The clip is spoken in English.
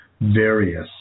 various